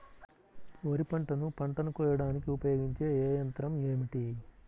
వరిపంటను పంటను కోయడానికి ఉపయోగించే ఏ యంత్రం ఏమిటి?